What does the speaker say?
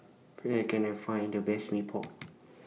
Where Can I Find The Best Mee Pok